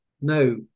no